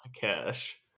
cash